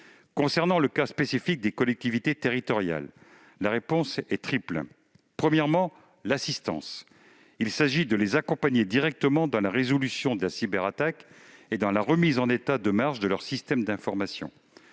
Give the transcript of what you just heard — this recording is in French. Concernant le cas spécifique des collectivités territoriales, la réponse est triple. Premièrement, j'évoquerai l'assistance. Il s'agit d'accompagner directement les collectivités dans la résolution d'une cyberattaque et dans la remise en état de marche de leurs systèmes d'information.